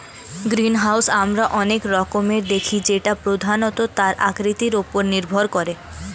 greenhouse আমরা অনেক রকমের দেখি যেটা প্রধানত তার আকৃতির ওপর নির্ভর করে